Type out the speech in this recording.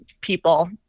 people